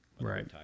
Right